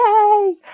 yay